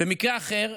במקרה אחר,